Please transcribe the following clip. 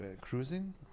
cruising